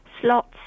slots